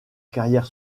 carrière